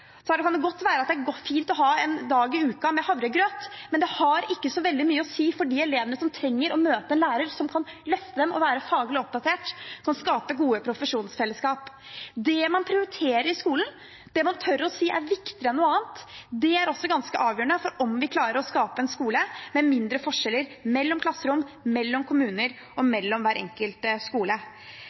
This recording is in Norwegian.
kan det godt være at det går fint å ha en dag i uken med havregrøt, men det har ikke veldig mye å si for de elevene som trenger å møte en lærer som kan løfte dem og være faglig oppdatert, og som skaper gode profesjonsfellesskap. Det man prioriterer i skolen, det man tør å si er viktigere enn noe annet, er også ganske avgjørende for om vi klarer å skape en skole med mindre forskjeller mellom klasserom, mellom kommuner og mellom